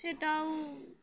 সেটাও